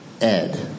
Ed